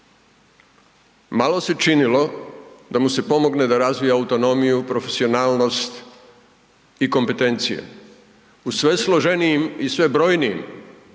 Malo se činilo da mu se pomogne da razvije autonomiju, profesionalnost i kompetencije. U sve složenijim i sve brojnijim